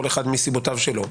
כל אחד מסיבותיו שלו,